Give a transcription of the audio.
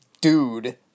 dude